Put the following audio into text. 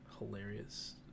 Hilarious